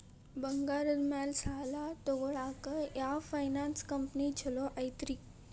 ಬಂಗಾರದ ಮ್ಯಾಲೆ ಸಾಲ ತಗೊಳಾಕ ಯಾವ್ ಫೈನಾನ್ಸ್ ಕಂಪನಿ ಛೊಲೊ ಐತ್ರಿ?